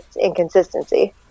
inconsistency